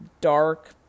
dark